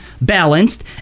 balanced